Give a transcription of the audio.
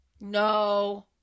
No